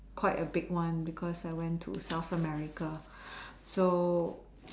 quite a big one because I went to South America so